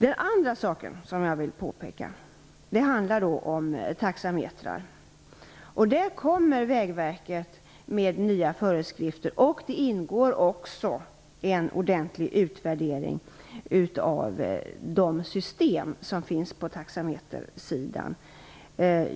En annan sak som jag vill påpeka handlar om taxametrar. Vägverket kommer med nya föreskrifter, och det pågår också en ordentlig utvärdering av de system som finns på taxametersidan.